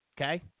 Okay